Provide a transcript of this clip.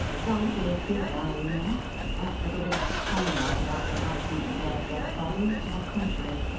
donkeys do die, you know that little bit of tommyrot about the absence of their dead bodies to the contrary.